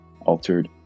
altered